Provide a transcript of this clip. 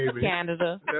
Canada